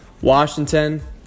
Washington